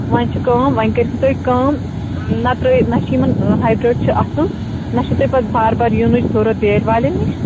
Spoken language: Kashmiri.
وۄنۍ چھِ کٲم وۄنۍ کٔرۍہوٗ تُہۍ کٲم نہ ترٲیِو نہ چھِ یِمَن ہایبِرٛڈ چھِ اصٕل نہ چھُو تۄہہِ پَتہٕ بار بار یِنٕچ ضوٚرتھ بٲلۍ والٮ۪ن نِش